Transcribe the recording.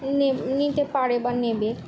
নেব নিতে পারে বা নেবে